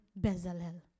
Bezalel